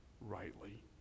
rightly